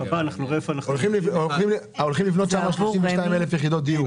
הולכים לבנות שם אלפי יחידות דיור.